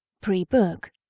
pre-book